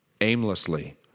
aimlessly